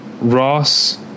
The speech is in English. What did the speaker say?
Ross